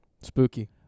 Spooky